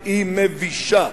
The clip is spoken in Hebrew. ה"חמאס" היא מבישה,